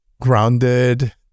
grounded